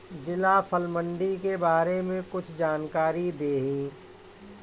जिला फल मंडी के बारे में कुछ जानकारी देहीं?